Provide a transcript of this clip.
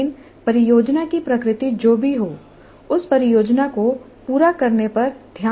लेकिन परियोजना की प्रकृति जो भी हो उस परियोजना को पूरा करने पर ध्यान केंद्रित किया जाता है